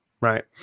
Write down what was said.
Right